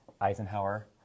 Eisenhower